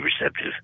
receptive